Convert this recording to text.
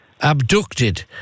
abducted